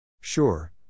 Sure